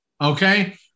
okay